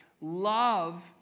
Love